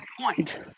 point